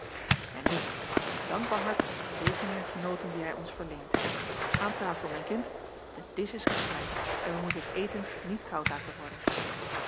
en nu met een dankbaar hart de zegeningen genoten die hij ons verleent aan tafel mijn kind de disch is gespreid en wij moeten het eten niet koud laten worden